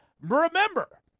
remember